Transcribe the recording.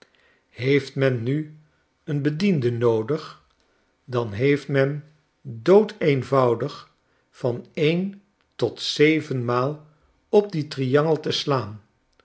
heeffc men nu een bediende noodig dan heeft men doodeenvoudig van een tot zevenmaal op dien triangel te slaan